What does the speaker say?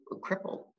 crippled